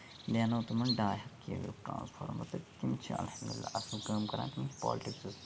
دیانو تِمن ڈاے ہَتھ کے وی یُک ٹرانسفارمَر تہٕ تِم چھِ اَلحمداللہ اَصٕل کٲم کران تِم چھِ پولٹِکسس